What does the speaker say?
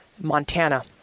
Montana